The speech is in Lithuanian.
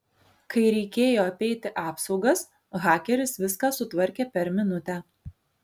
kai reikėjo apeiti apsaugas hakeris viską sutvarkė per minutę